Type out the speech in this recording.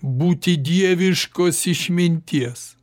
būti dieviškos išminties